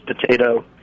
potato